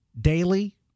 daily